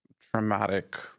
traumatic